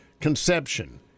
conception